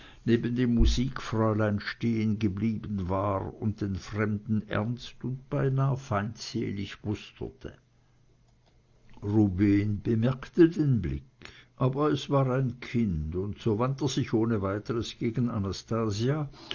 neben dem musikfräulein stehen geblieben war und den fremden ernst und beinah feindselig musterte rubehn bemerkte den blick aber es war ein kind und so wandt er sich ohne weiteres gegen anastasia